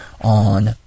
on